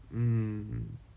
mmhmm